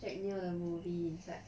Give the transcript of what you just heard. jack neo 的 movie inside